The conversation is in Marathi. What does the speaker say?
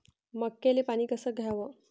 मक्याले पानी कस द्याव?